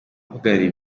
uhagarariye